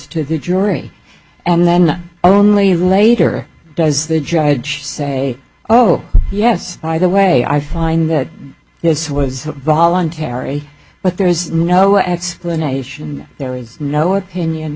to the jury and then only later does the judge say oh yes by the way i find that this was voluntary but there is no explanation there is no opinion